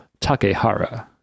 Takehara